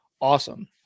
awesome